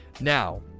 now